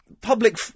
public